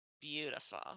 Beautiful